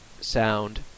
sound